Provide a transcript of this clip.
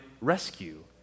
rescue